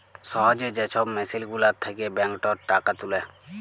সহজে যে ছব মেসিল গুলার থ্যাকে ব্যাংকটর টাকা তুলে